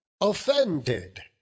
offended